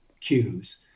cues